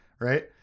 right